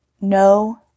no